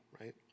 right